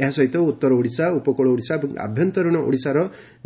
ଏହା ସହିତ ଉତ୍ତର ଓଡିଶା ଉପକୁଳ ଓଡିଶା ଏବଂ ଆଭ୍ୟନ୍ତରୀଣ ଓଡିଶାର